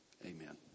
Amen